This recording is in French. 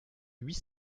huit